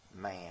man